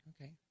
okay